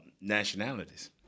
nationalities